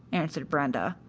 answered brenda.